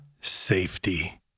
safety